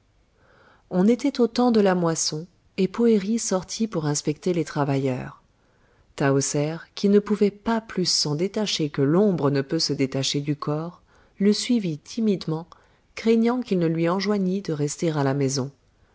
on était au temps de la moisson et poëri sortit pour inspecter les travailleurs tahoser qui ne pouvait pas plus s'en détacher que l'ombre ne peut se détacher du corps le suivit timidement craignant qu'il ne lui enjoignît de rester à la maison